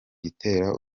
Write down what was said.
gitera